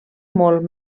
molt